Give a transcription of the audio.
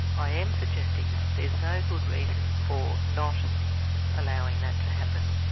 i am suggesting that. there's no good reason for not allowing that to happen,